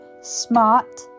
smart